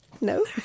No